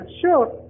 sure